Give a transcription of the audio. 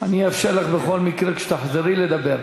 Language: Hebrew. אני אאפשר לך בכל מקרה כשתחזרי לדבר.